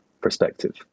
perspective